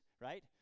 right